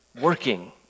working